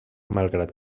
malgrat